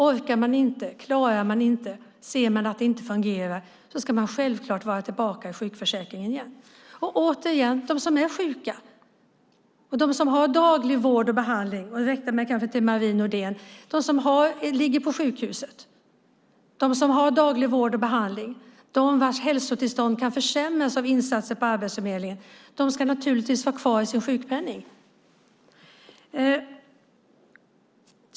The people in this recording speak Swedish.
Orkar man det inte, klarar man det inte, och ser man att det inte fungerar ska man självklart komma tillbaka till sjukförsäkringen igen. Återigen: De som är sjuka och de som har daglig vård och behandling - jag riktar mig till Marie Nordén - och de som ligger på sjukhus och vilkas hälsotillstånd kan försämras av insatser på Arbetsförmedlingen ska naturligtvis ha kvar sin sjukpenning.